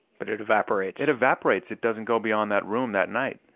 but it it evaporates. it evaporates, it doesn't go beyond that room that night,